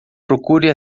procure